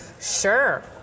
Sure